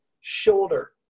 shoulder